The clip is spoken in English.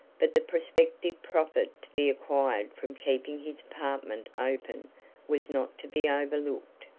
but the prospective profit to be acquired from keeping his apartment open was not to be overlooked.